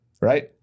right